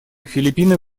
филиппины